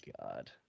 God